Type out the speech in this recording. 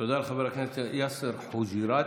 תודה לחבר הכנסת יאסר חוג'יראת.